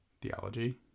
Theology